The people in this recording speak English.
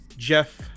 Jeff